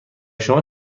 شما